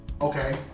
okay